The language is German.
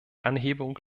anhebung